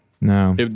No